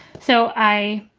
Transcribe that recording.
so i,